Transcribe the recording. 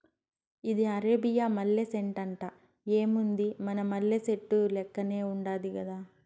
ఇది అరేబియా మల్లె సెట్టంట, ఏముంది మన మల్లె సెట్టు లెక్కనే ఉండాది గదా